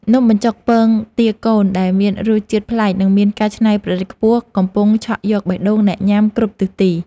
នំបញ្ចុកពងទាកូនដែលមានរសជាតិប្លែកនិងមានការច្នៃប្រឌិតខ្ពស់កំពុងឆក់យកបេះដូងអ្នកញ៉ាំគ្រប់ទិសទី។